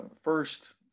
first